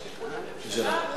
בשליחות בשם הממשלה.